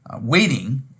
waiting